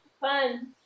Fun